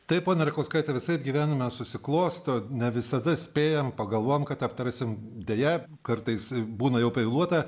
taip ponia rakauskaitė visaip gyvenime susiklosto ne visada spėjame pagalvojome kad aptarsime deja kartais būna jau pavėluota